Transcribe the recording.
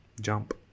Jump